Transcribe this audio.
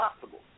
possible